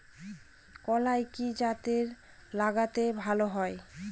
কলাই কি জাতে লাগালে ভালো হবে?